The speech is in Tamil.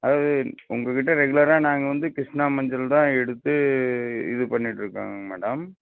அதாவது உங்கள் கிட்டே ரெகுலராக நாங்கள் வந்து கிருஷ்ணா மஞ்சள்தான் எடுத்து இது பண்ணிகிட்ருக்கோங்க மேடம்